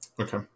Okay